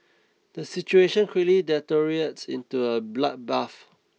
the situation quickly deteriorates into a bloodbath